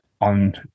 on